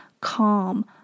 calm